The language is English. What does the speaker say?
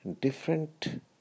different